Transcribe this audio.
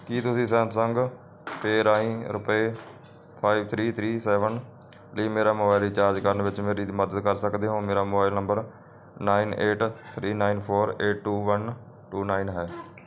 ਕੀ ਤੁਸੀਂ Samsung Pay ਰਾਹੀਂ ਰੁਪਏ ਫਾਇਵ ਥ੍ਰੀ ਥ੍ਰੀ ਸੈਵਨ ਲਈ ਮੇਰਾ ਮੋਬਾਈਲ ਰੀਚਾਰਜ ਕਰਨ ਵਿੱਚ ਮੇਰੀ ਮੱਦਦ ਕਰ ਸਕਦੇ ਹੋ ਮੇਰਾ mobile number nine eight three nine four eight two one two nine ਹੈ